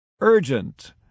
Urgent